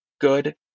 good